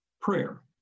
prayer